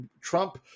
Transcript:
Trump